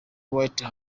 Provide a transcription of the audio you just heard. white